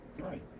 Right